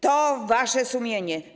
To wasze sumienie.